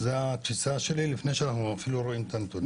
זו התפיסה שלי לפני שאנחנו אפילו רואים את הנתונים.